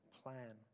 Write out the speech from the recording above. plan